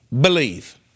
believe